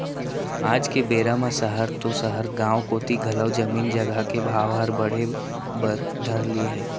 आज के बेरा म सहर तो सहर गॉंव कोती घलौ जमीन जघा के भाव हर बढ़े बर धर लिये हे